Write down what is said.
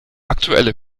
aktuelle